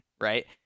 right